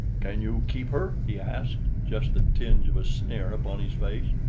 can you keep her? he asked, just the tinge of a sneer upon his face.